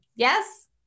Yes